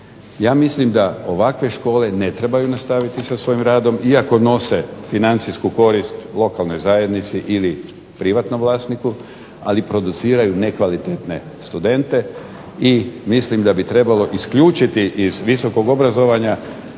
Ja mislim da ovakve škole ne trebaju nastaviti sa svojim radom, iako nose financijsku korist lokalnoj zajednici ili privatnom vlasniku, ali produciraju nekvalitetne studente i mislim da bi trebalo isključiti iz visokog obrazovanja